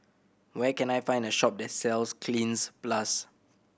where can I find a shop that sells Cleanz Plus